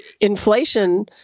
inflation